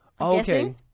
Okay